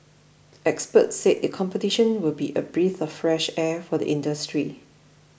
experts said it competition will be a breath of fresh air for the industry